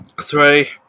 Three